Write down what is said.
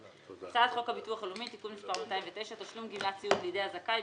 הצעת חוק הביטוח הלאומי (תיקון מס' 209) (תשלום גמלת סיעוד לידי הזכאי,